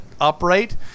upright